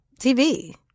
TV